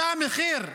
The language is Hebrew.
זה המחיר,